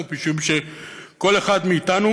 משום שכל אחד מאתנו